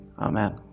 Amen